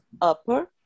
upper